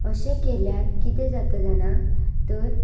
तशें केल्यार कितें जाता जाणा तर